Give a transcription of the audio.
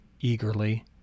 eagerly